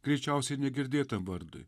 greičiausiai negirdėtam vardui